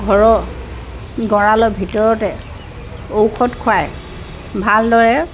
ঘৰৰ গঁৰালৰ ভিতৰতে ঔষধ খোৱাই ভালদৰে